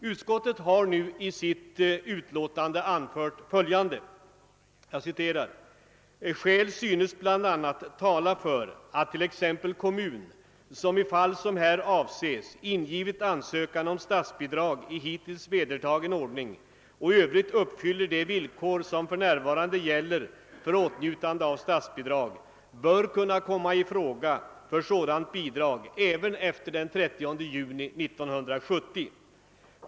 Utskottet har nu 1 sitt utlåtande anfört följande: »Skäl synes bl.a. tala för att t.ex. kommun, som i fall som här avses ingivit ansökan om statsbidrag i hittills vedertagen ordning och i övrigt uppfyller de villkor som f.n. gäller för åtnjutande av statsbidrag, bör kunna komma i fråga för sådant bidrag även efter den 30 juni 1970.